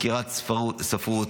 סקירת ספרות,